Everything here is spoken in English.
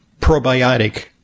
probiotic